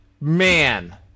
Man